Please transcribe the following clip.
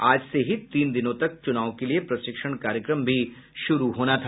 आज से ही तीन दिनों तक चुनाव के लिए प्रशिक्षण कार्यक्रम भी शुरू होना था